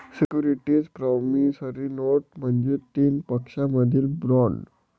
securities promissory note म्हणजे तीन पक्षांमधील बॉण्ड